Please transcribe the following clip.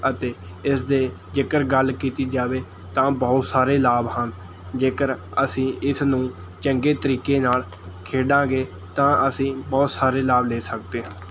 ਅਤੇ ਇਸ ਦੇ ਜੇਕਰ ਗੱਲ ਕੀਤੀ ਜਾਵੇ ਤਾਂ ਬਹੁਤ ਸਾਰੇ ਲਾਭ ਹਨ ਜੇਕਰ ਅਸੀਂ ਇਸ ਨੂੰ ਚੰਗੇ ਤਰੀਕੇ ਨਾਲ਼ ਖੇਡਾਂਗੇ ਤਾਂ ਅਸੀਂ ਬਹੁਤ ਸਾਰੇ ਲਾਭ ਲੈ ਸਕਦੇ ਹਾਂ